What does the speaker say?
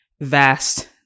vast